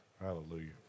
Hallelujah